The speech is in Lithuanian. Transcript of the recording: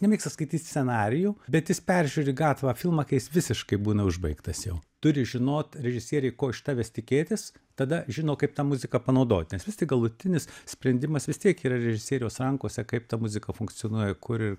nemėgsta skaityti scenarijų bet jis peržiūri gatavą filmą kai jis visiškai būna užbaigtas jau turi žinot režisieriai ko iš tavęs tikėtis tada žino kaip tą muziką panaudot nes vis tik galutinis sprendimas vis tiek yra režisieriaus rankose kaip ta muzika funkcionuoja kur ir